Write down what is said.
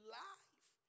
life